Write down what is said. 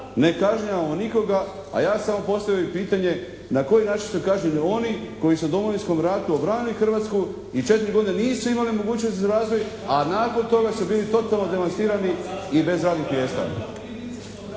Ne kažnjavamo nikoga, a ja ću samo postaviti pitanje na koji način su kažnjeni oni koji su u Domovinskom ratu branili Hrvatsku i četiri godine nisu imali mogućnosti za razvoj a nakon toga su bili totalno devastirani i bez radnih mjesta.